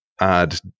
add